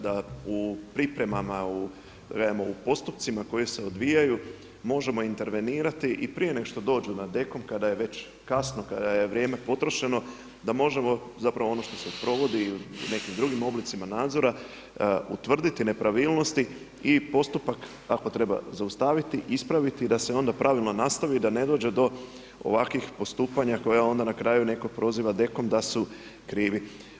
Da u pripremama u postupcima koji se odvijaju možemo intervenirati i prije nego što dođu na DKOM-om kada je već kasno, kada je vrijeme potrošeno da možemo zapravo ono što se provodi i u nekim drugim oblicima nadzora utvrditi nepravilnosti i postupak ako treba zaustaviti, ispraviti, da se onda pravilno nastavi, da ne dođe do ovakvih postupanja koja onda na kraju neko proziva DKOM da su krivi.